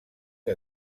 que